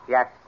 Yes